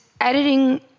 editing